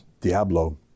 diablo